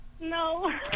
No